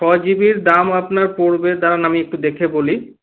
ছ জিবির দাম আপনার পরবে দাঁড়ান আমি একটু দেখে বলি